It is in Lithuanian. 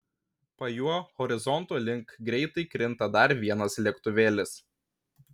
po juo horizonto link greitai krinta dar vienas lėktuvėlis